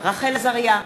רחל עזריה,